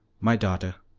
my daughter,